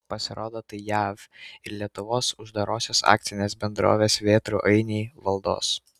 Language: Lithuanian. pasirodo tai jav ir lietuvos uždarosios akcinės bendrovės vėtrų ainiai valdos